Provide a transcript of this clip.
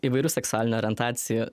įvairių seksualinių orientacijų